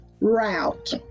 route